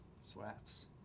Slaps